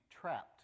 trapped